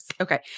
Okay